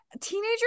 teenager